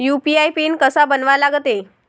UPI PIN कसा बनवा लागते?